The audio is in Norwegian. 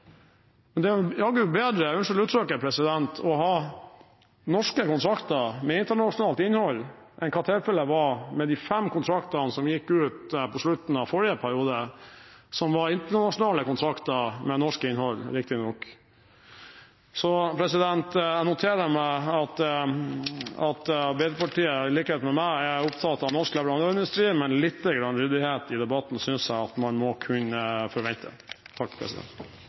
med internasjonalt innhold enn hva tilfellet var med de fem kontraktene som gikk ut på slutten av forrige periode, som var internasjonale kontrakter, men med norsk innhold, riktignok. Så jeg noterer meg at Arbeiderpartiet i likhet med meg er opptatt av norsk leverandørindustri, men lite grann ryddighet i debatten synes jeg at man må kunne forvente. Jeg blir litt forundret over slutten av debatten. Vi diskuterer altså i dag utbyggingen av det